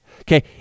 Okay